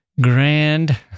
grand